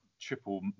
triple